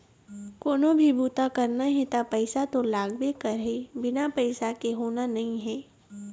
कोनो भी बूता करना हे त पइसा तो लागबे करही, बिना पइसा के होना नइ हे